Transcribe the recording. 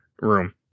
room